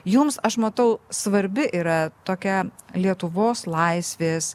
jums aš matau svarbi yra tokia lietuvos laisvės